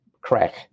crack